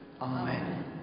Amen